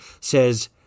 says